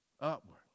upward